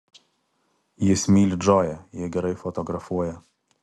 jis myli džoją ji gerai fotografuoja